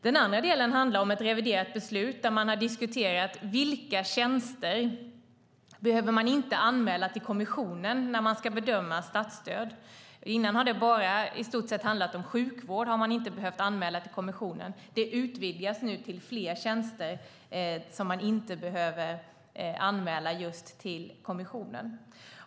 Den andra delen handlar om ett reviderat beslut där man har diskuterat vilka tjänster som man inte behöver anmäla till kommissionen när man ska bedöma statsstöd. Tidigare har det i stort sett bara handlat om sjukvård som man inte har behövt anmäla till kommissionen. Det utvidgas nu till fler tjänster som man inte behöver anmäla just till kommissionen.